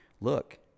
look